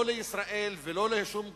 לא לישראל ולא לשום גורם,